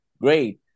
great